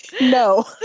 No